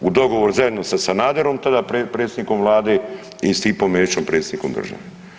U dogovoru zajedno sa Sanaderom, tada predsjednikom Vlade i Stipom Mesićem predsjednikom države.